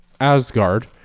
Asgard